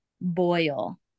boil